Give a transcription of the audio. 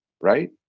right